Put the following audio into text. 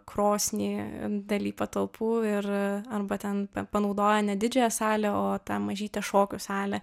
kronį daly patalpų ir arba ten panaudoja ne didžiąją salę o tą mažytę šokių salę